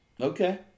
Okay